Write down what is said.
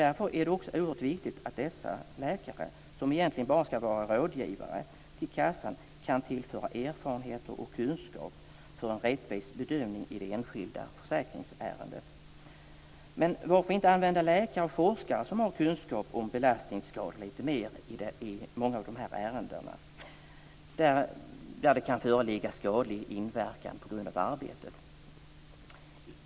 Därför är det oerhört viktigt att dessa läkare, som egentligen bara ska vara rådgivare till kassan, kan tillföra erfarenheter och kunskap för en rättvis bedömning i det enskilda försäkringsärendet. Men varför inte använda läkare och forskare som har kunskap om belastningsskador lite mer i många av de fall där det kan föreligga skador på grund av arbetet?